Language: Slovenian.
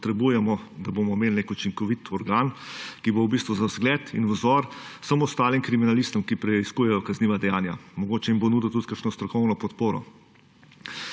potrebujemo, da bomo imeli nek učinkovit organ, ki bo v bistvu za zgled in vzor vsem ostalim kriminalistom, ki preiskujejo kazniva dejanja. Mogoče jim bo nudil tudi kakšno strokovno podporo.